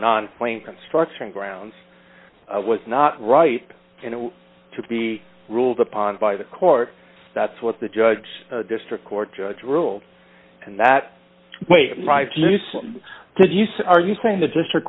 non plain construction grounds was not right to be ruled upon by the court that's what the judge district court judge ruled and that did use are you saying the district